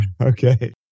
okay